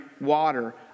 water